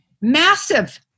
massive